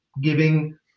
giving